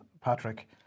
Patrick